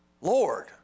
Lord